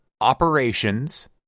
Operations